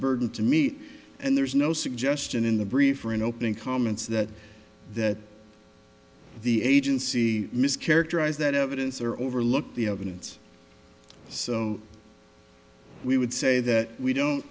burden to meet and there's no suggestion in the brief or an opening comments that that the agency mischaracterized that evidence or overlooked the evidence so we would say that we don't